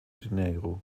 dinheiro